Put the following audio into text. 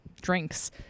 drinks